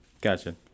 Gotcha